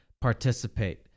participate